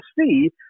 see